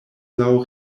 laŭ